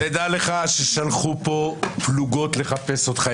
תדע לך ששלחו פה פלוגות לחפש אותך.